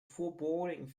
foreboding